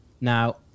Now